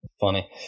Funny